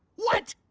what!